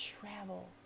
travel